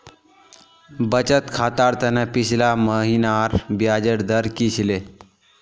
बचत खातर त न पिछला महिनार ब्याजेर दर की छिले